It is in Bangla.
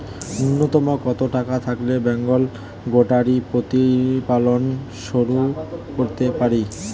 নূন্যতম কত টাকা থাকলে বেঙ্গল গোটারি প্রতিপালন শুরু করতে পারি?